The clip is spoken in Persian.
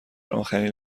آخرین